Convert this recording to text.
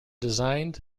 designed